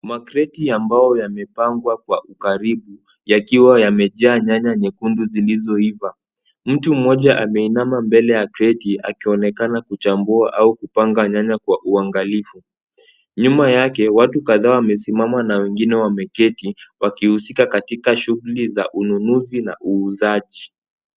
Makreti ya mbao yamepangwa kwa ukaribu yakiwa yamejaa nyanya nyekundu zilizoiva. Mtu mmoja ameinama mbele ya kreti akionekana kuchambua au kupanga nyanya kwa uangalifu. Nyuma yake watu kadhaa wamesimama na wengine wameketi wakihusika katika shughuli za ununuzi na uuzaji.